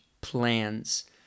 plans